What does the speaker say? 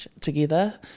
together